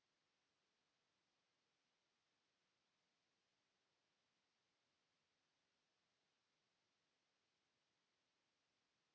Kiitos.